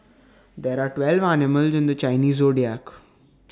there are twelve animals in the Chinese Zodiac